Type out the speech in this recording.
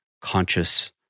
conscious